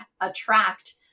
attract